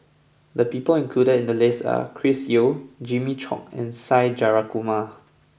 the people included in the list are Chris Yeo Jimmy Chok and Side Jayakumar